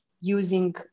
using